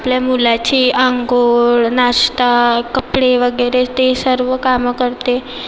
आपल्या मुलाची आंघोळ नाश्ता कपडे वगैरे ते सर्व कामं करते